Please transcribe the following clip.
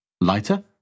Lighter